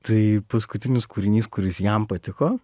tai paskutinis kūrinys kuris jam patiko